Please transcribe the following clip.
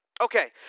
Okay